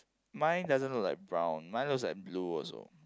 mine doesn't look like brown mine looks like blue also